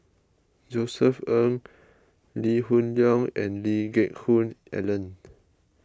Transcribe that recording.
Josef Ng Lee Hoon Leong and Lee Geck Hoon Ellen